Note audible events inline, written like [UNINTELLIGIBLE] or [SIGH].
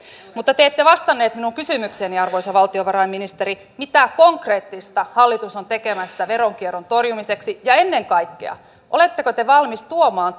mutta te te ette vastannut minun kysymykseeni arvoisa valtiovarainministeri mitä konkreettista hallitus on tekemässä veronkierron torjumiseksi ja ennen kaikkea oletteko te valmis tuomaan [UNINTELLIGIBLE]